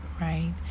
Right